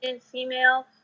female